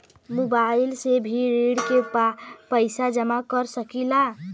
Mobile से भी ऋण के पैसा जमा कर सकी ला?